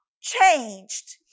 changed